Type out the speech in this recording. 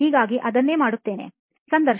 ಹಾಗಾಗಿ ಅದನ್ನೇ ನಾನು ಮಾಡುತ್ತೇನೆ